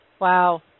Wow